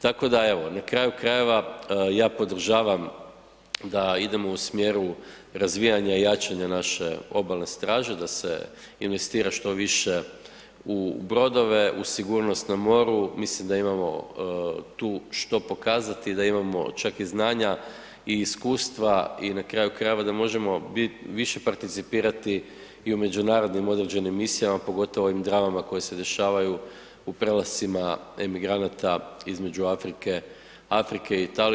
Tako da evo, na kraju krajeva ja podržavam da idemo u smjeru razvijanja i jačanja naše obalne straže, da se investira što više u brodove u sigurnost na moru, mislim da imamo tu što pokazati i da imamo čak i znanja i iskustva i na kraju krajeva da možemo više participirati i u međunarodnim određenim misijama pogotovo u ovim dramama koje se dešavaju u prelascima emigranata između Afrike i Italije.